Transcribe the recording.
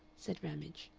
said ramage.